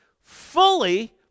fully